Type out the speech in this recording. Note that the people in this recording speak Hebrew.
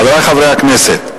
חברי חברי הכנסת,